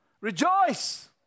rejoice